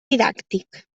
didàctic